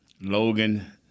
Logan